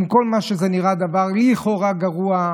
עם כל מה שזה נראה דבר לכאורה גרוע,